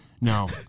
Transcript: No